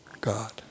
God